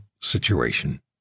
situation